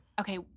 okay